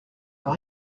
veut